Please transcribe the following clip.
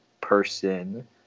person